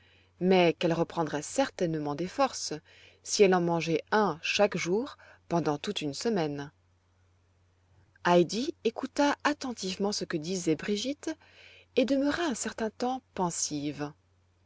mais qu'elle reprendrait certainement des forces si elle en mangeait un chaque jour pendant toute une semaine heidi écouta attentivement ce que disait brigitte et demeura un certain temps pensive